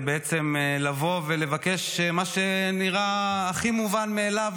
בעצם לבוא ולבקש את מה שנראה הכי מובן מאליו.